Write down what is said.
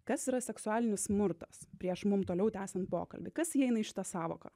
kas yra seksualinis smurtas prieš mum toliau tęsiant pokalbį kas įeina į šitą sąvoką